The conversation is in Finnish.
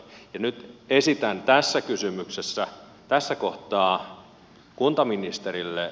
nyt esitän tässä kohtaa kysymyksen kuntaministerille